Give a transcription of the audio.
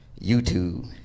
YouTube